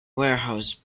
warehouse